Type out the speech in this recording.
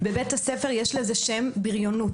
בבית הספר יש לזה שם, והוא בריונות.